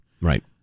Right